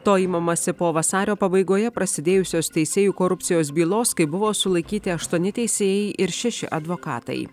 to imamasi po vasario pabaigoje prasidėjusios teisėjų korupcijos bylos kai buvo sulaikyti aštuoni teisėjai ir šeši advokatai